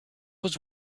was